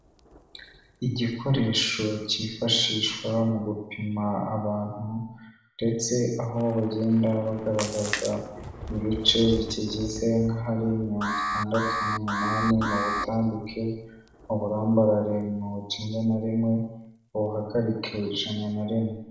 Igikoresho cyifashishwa mu gupima abantu ndetse aho bagenda bagaragaza ibice bikigize, nk'ahari mirongo itandatu n'umunani mu butambike, uburambarare mirongo icyenda na rimwe, ubuhagarike ijana na rimwe.